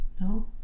No